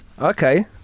okay